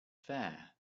fair